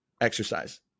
exercise